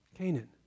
Canaan